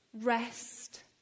rest